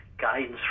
guidance